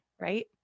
right